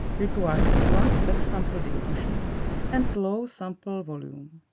requires one-step sample dilution and low sample volume.